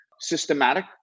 Systematic